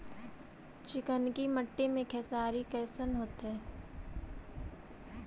चिकनकी मट्टी मे खेसारी कैसन होतै?